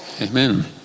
amen